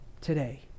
today